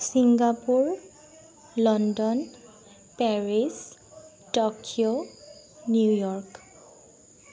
Singapore London Paris Tokyo New York